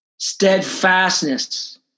steadfastness